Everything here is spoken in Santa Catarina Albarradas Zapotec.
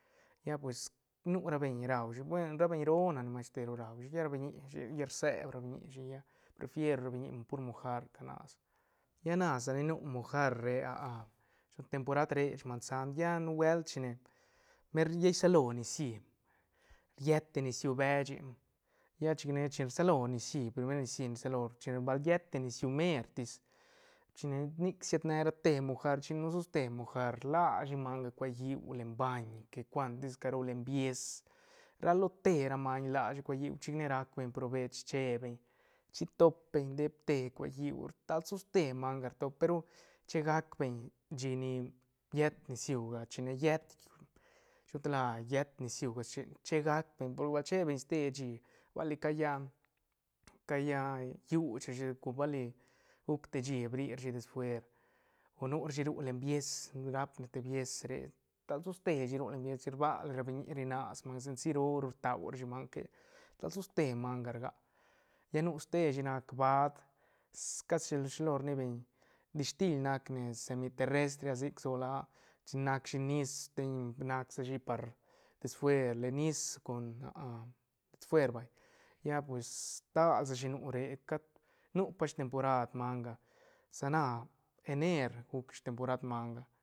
Lla pues nu ra beñ raushi buen ra beñ roo nac ni masteru raushi lla ra biñi lla rseb ra biñi lla prefier ra biñi pur mojar ca nas lla na sa ni nu mojar re temporad re sman sant lla nubuelt chine mer llai salo nicií riet te nisiú beche lla chic ne chine rsalo nicií primer nicií ni rsalo chine bal llet te nisiú meretis chi ne nic siet ne rate mojar chin nu soste mojar rla shi manga cue lliú len baiñ que cuantis caro len bies ra lo te ra maiñ rlashi cue lliú chic ne rac beñ provech che beñ chi top beñ depte cue lliú stal toste manga rtop pe ru che gac beñ shí ni riet nisiú ga chine llet shilo gan tal la llet nisiú chen che gac beñ porque bal che beñ ste shí bali ca lla- ca lla guch rashi bali guc te shí bri rashi des fuer o nu rashi ru len bies rap ne te bies re stal toste shi ru len bies chic rba li ra biñi ri nas manga senci roo ru rtau rashi manga que stal toste manga rga lla nu ste shi nac baad casi shi- shi lo rni beñ dishtil nac ne semi terrestre sic sola ah chic nac shi nis sten nac sa shi par des fuer len nis con des fuer vay lla pues stal sashi nu re cat nu pa stemporad manga sa na ener guc stemporad manga.